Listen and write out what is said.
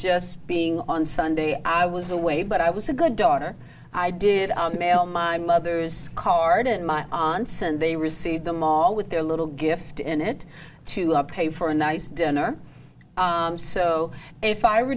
just being on sunday i was away but i was a good daughter i did our mail my mother's card and my aunts and they received them all with their little gift in it to our pay for a nice dinner so if i were